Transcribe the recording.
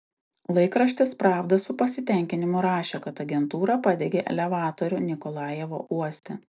laikraštis pravda su pasitenkinimu rašė kad agentūra padegė elevatorių nikolajevo uoste